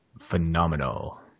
Phenomenal